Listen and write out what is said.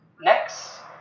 Next